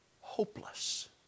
Hopeless